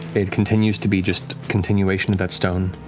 it continues to be just continuation of that stone.